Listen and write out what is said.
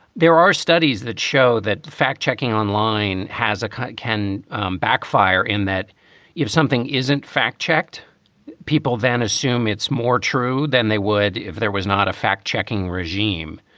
there are studies that show that fact checking online has a can backfire in that if something isn't fact checked people than assume it's more true than they would if there was not a fact checking regime.